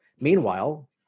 Meanwhile